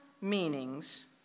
meanings